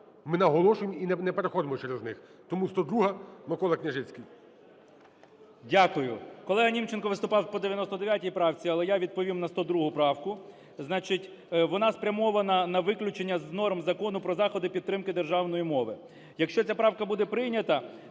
ми наголошуємо і не переходимо через них. Тому 102-а. Микола Княжицький. 17:52:40 КНЯЖИЦЬКИЙ М.Л. Дякую. Колега Німченко виступав по 99 правці, але я відповім на 102 правку. Значить, вона спрямована на виключення з норм Закону про заходи підтримки державної мови. Якщо ця правка буде прийнята,